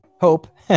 Hope